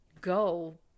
go